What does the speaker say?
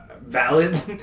valid